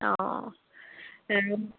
অঁ